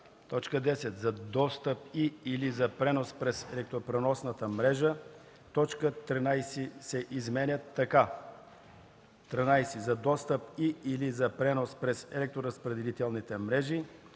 така: „10. за достъп и/или за пренос през електропреносната мрежа;”. 4. Точка 13 се изменя така: „13. за достъп и/или за пренос през електроразпределителните мрежи;”.